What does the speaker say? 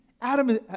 Adam